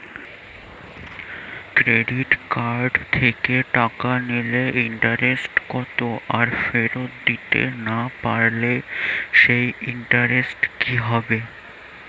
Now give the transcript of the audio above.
Credit card থেকে টাকা নিলে ইন্টারেস্ট কত আর ফেরত দিতে না পারলে সেই ইন্টারেস্ট কি হবে?